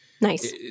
nice